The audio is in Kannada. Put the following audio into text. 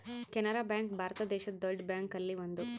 ಕೆನರಾ ಬ್ಯಾಂಕ್ ಭಾರತ ದೇಶದ್ ದೊಡ್ಡ ಬ್ಯಾಂಕ್ ಅಲ್ಲಿ ಒಂದು